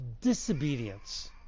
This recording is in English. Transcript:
disobedience